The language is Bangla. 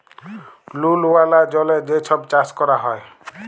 লুল ওয়ালা জলে যে ছব চাষ ক্যরা হ্যয়